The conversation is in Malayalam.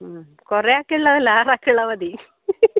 ആ കുറേ ആൾക്കുള്ളതല്ല ആറ് ആൾക്കുള്ളത് മതി